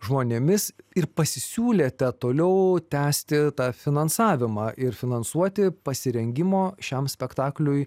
žmonėmis ir pasisiūlėte toliau tęsti tą finansavimą ir finansuoti pasirengimo šiam spektakliui